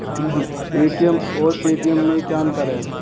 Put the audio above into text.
ATM और Paytm में क्या अंतर है?